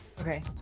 Okay